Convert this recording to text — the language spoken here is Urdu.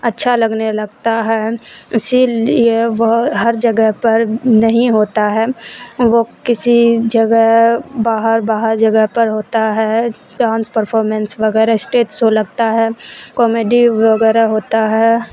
اچھا لگنے لگتا ہے اسی لیے وہ ہر جگہ پر نہیں ہوتا ہے وہ کسی جگہ باہر باہر جگہ پر ہوتا ہے ڈانس پرفامینس وغیرہ اسٹیج شو لگتا ہے کامیڈی وغیرہ ہوتا ہے